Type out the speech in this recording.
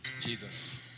Jesus